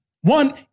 One